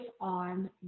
on